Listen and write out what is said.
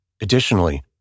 Additionally